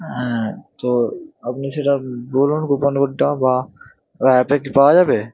হ্যাঁ তো আপনি সেটা বলুন কুপন কোডটা বা ওই অ্যাপে কি পাওয়া যাবে